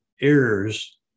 errors